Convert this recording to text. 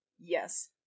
Yes